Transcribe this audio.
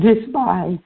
despise